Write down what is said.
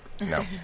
No